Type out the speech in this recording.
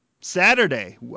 Saturday